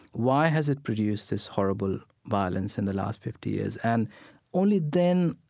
why has it produced this horrible violence in the last fifty years? and only then,